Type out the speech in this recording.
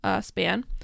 span